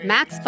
Max